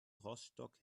rostock